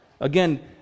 Again